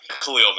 Khalil